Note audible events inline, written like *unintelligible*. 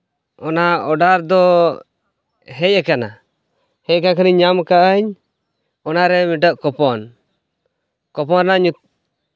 ᱚᱱᱟ ᱚᱰᱟᱨ ᱫᱚ ᱦᱮᱡ ᱠᱟᱱᱟ ᱦᱮᱡ ᱠᱟᱜ ᱠᱷᱟᱱᱤᱧ ᱧᱟᱢ ᱠᱟᱜᱼᱟ ᱚᱱᱟᱨᱮ ᱢᱤᱫᱴᱟᱝ ᱠᱩᱯᱚᱱ ᱠᱚᱯᱚᱱ ᱨᱮᱱᱟᱜ *unintelligible*